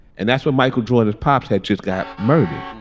and that's what michael jordan pops had just got murdered.